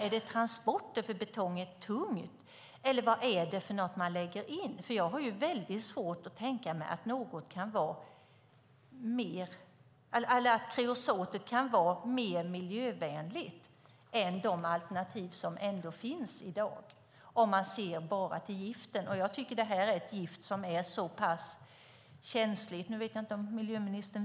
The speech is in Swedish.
Är det transporter, för betong är tungt? Vad är det man lägger in i detta? Jag har väldigt svårt att tänka mig att kreosot kan vara mer miljövänligt än de alternativ som finns i dag om man bara tittar till giftet.